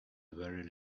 very